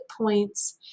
points